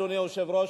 אדוני היושב-ראש,